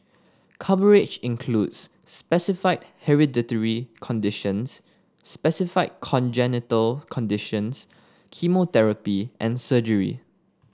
coverage includes specified hereditary conditions specified congenital conditions chemotherapy and surgery